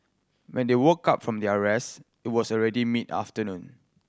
when they woke up from their rest it was already mid afternoon